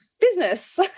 business